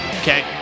okay